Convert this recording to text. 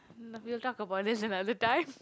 na~ we'll talk about this another time